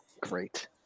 great